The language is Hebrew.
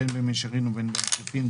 בין במישרין ובין בעקיפין,